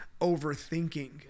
overthinking